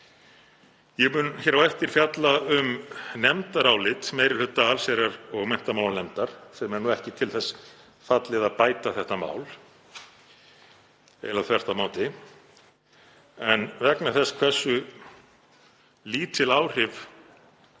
Ég mun á eftir fjalla um nefndarálit meiri hluta allsherjar- og menntamálanefndar sem er ekki til þess fallið að bæta þetta mál, eiginlega þvert á móti. En vegna þess hversu lítil áhrif